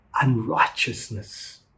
unrighteousness